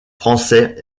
français